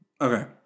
Okay